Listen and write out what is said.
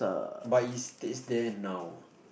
but is there's there now